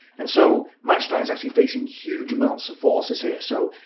and so manstein is actually facing huge amounts of forces here. so,